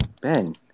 Ben